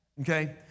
Okay